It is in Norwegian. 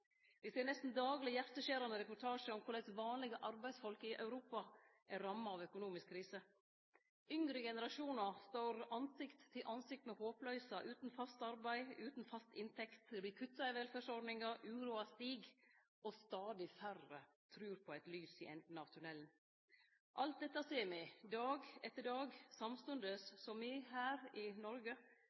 ser nesten dagleg hjarteskjerande reportasjar om korleis vanlege arbeidsfolk i Europa er ramma av økonomisk krise. Yngre generasjonar står ansikt til ansikt med håpløysa, utan fast arbeid og utan fast inntekt. Det vert kutta i velferdsordningar. Uroa stig. Stadig færre trur på eit lys i enden av tunnelen. Alt dette ser vi, dag etter dag, samstundes som me her i Noreg